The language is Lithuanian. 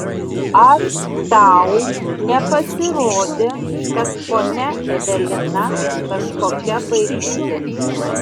ar tau nepasirodė kad ponia evelina kažkokia baikšti